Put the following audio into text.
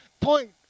point